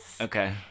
Okay